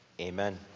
Amen